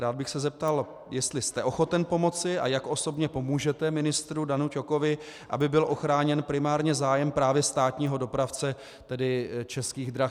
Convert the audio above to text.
Rád bych se zeptal, jestli jste ochoten pomoci a jak osobně pomůžete ministru Danu Ťokovi, aby byl ochráněn primárně zájem právě státního dopravce, tedy Českých drah.